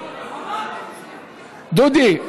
דודי,